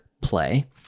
play